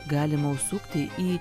galima užsukti į